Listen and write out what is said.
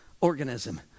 organism